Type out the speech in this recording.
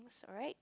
is alright